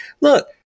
Look